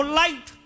light